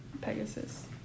Pegasus